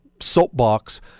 soapbox